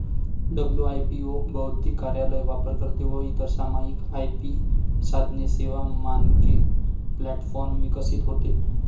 WIPO बौद्धिक कार्यालय, वापरकर्ते व इतर सामायिक आय.पी साधने, सेवा, मानके प्लॅटफॉर्म विकसित होते